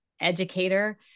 educator